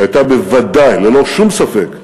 שהייתה בוודאי, ללא שום ספק,